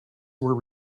were